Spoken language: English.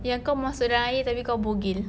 yang kau masuk dalam air tapi kau bogel